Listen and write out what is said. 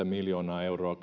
miljoonaa euroa